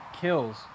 kills